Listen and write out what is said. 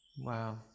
Wow